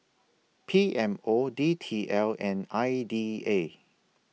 P M O D T L and I D A